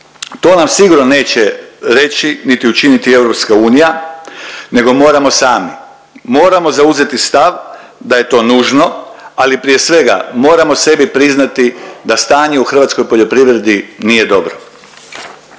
To nam sigurno neće reći niti učiniti EU nego moramo sami. Moramo zauzeti stav da je to nužno, ali prije svega moramo sebi priznati da stanje u hrvatskoj poljoprivredi nije dobro.